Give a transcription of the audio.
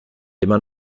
immer